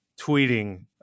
tweeting